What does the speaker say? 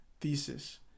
thesis